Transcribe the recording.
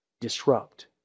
disrupt